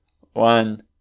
one